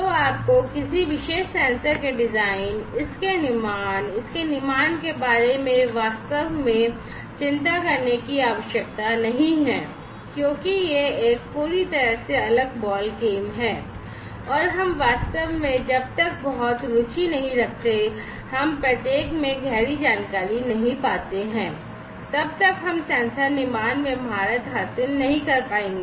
तो आपको किसी विशेष सेंसर के डिजाइन इसके निर्माण इसके निर्माण के बारे में वास्तव में चिंता करने की आवश्यकता नहीं है क्योंकि यह एक पूरी तरह से अलग बॉलगेम है और हम वास्तव में जब तक हम बहुत रुचि नहीं रखते हैं और हम प्रत्येक में गहरी जानकारी नहीं पातें हैं तब तक हम सेंसर निर्माण में महारत हासिल नहीं कर पाएंगे